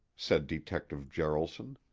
said detective jaralson.